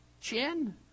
chin